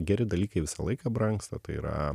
geri dalykai visą laiką brangsta tai yra